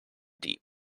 deep